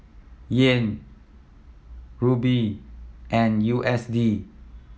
Yen Rupee and U S D